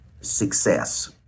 success